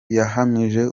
yahamije